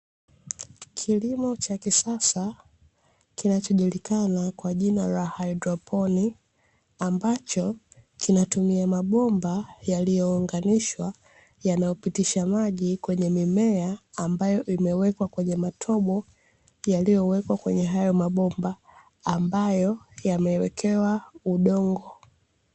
Kilimo cha kisasa kinachojulikana kwa jina la haidroponi, ambacho kinatumia mabomba yaliyounganishwa, yanayopitisha maji kwenye mimea, ambayo imewekwa kwenye matobo ,yaliyowekwa kwenye hayo mabomba, ambayo yamewekewa udongo.